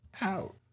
out